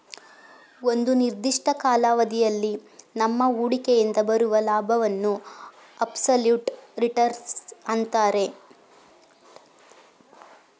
ಒಂದು ನಿರ್ದಿಷ್ಟ ಕಾಲಾವಧಿಯಲ್ಲಿ ನಮ್ಮ ಹೂಡಿಕೆಯಿಂದ ಬರುವ ಲಾಭವನ್ನು ಅಬ್ಸಲ್ಯೂಟ್ ರಿಟರ್ನ್ಸ್ ಅಂತರೆ